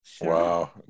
Wow